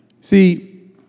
See